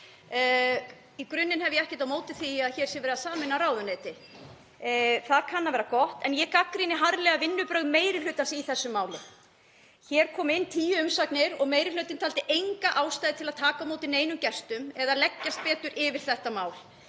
Í grunninn hef ég ekkert á móti því að hér sé verið að sameina ráðuneyti. Það kann að vera gott. En ég gagnrýni harðlega vinnubrögð meiri hlutans í þessu máli. Hér komu inn tíu umsagnir og meiri hlutinn taldi enga ástæðu til að taka á móti gestum eða leggjast betur yfir þetta mál.